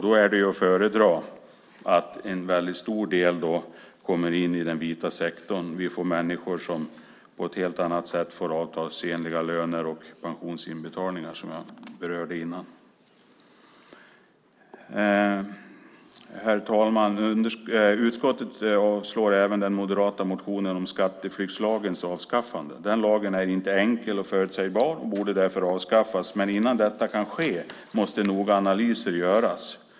Då är det att föredra att en stor del kommer in i den vita sektorn. Vi får människor som får avtalsenliga löner och pensionsinbetalningar. Herr talman! Utskottet avstyrker även den moderata motionen om skatteflyktslagens avskaffande. Den lagen är inte enkel och förutsägbar och borde därför avskaffas, men innan detta kan ske måste noggranna analyser göras.